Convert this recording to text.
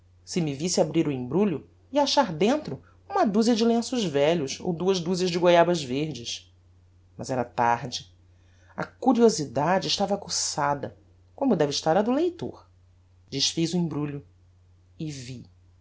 se me visse abrir o embrulho e achar dentro uma duzia de lenços velhos ou duas duzias de goiabas verdes mas era tarde a curiosidade estava aguçada como deve estar a do leitor desfiz o embrulho e vi